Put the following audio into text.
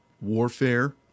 warfare